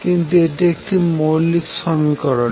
কিন্তু এটি একটি মৌলিক সমীকরণ